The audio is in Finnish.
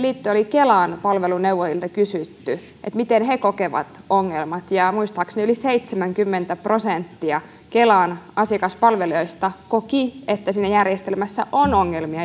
kelan palveluneuvojilta oli kysytty miten he kokevat ongelmat ja ja muistaakseni yli seitsemänkymmentä prosenttia kelan asiakaspalvelijoista koki että järjestelmässä on ongelmia